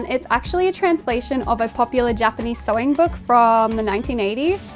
it's actually a translation of a popular japanese sewing book from the nineteen eighty